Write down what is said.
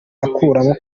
akuramo